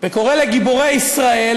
וקורא לגיבורי ישראל,